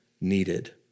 needed